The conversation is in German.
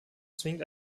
zwingend